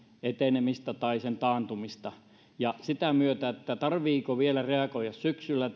etenemistä tai sen taantumista ja sitä myötä tarvitseeko vielä reagoida syksyllä